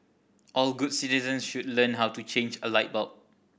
all good citizens should learn how to change a light bulb